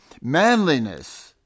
Manliness